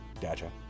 Gotcha